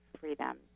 freedom